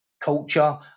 culture